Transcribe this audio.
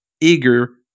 Eager